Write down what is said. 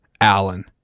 Allen